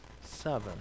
seven